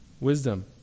Wisdom